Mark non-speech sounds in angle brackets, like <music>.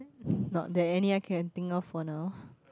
<breath> not there any I can think of for now